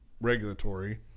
regulatory